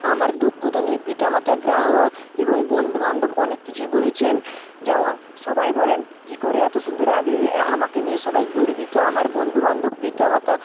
আমার দক্ষতা নিয়ে পিতামাতা গ্রাহক এবং বন্ধু বান্ধব অনেক কিছুই বলেছেন যেমন সবাই বলেন কী করে এতো সুন্দর আঁকলি আ আমাকে নিয়ে সবাই গর্বিত আমার বন্ধু বান্ধব পিতামাতা